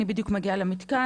אני בדיוק מגיעה למתקן,